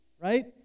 Right